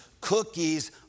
cookies